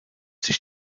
sich